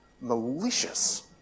malicious